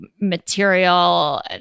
material